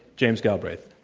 james galbraith